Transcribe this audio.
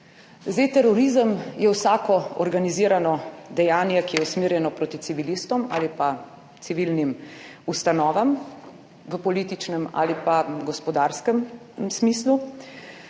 Zdaj, terorizem je vsako organizirano dejanje, ki je usmerjeno proti civilistom ali pa civilnim ustanovam v političnem ali pa gospodarskem smislu,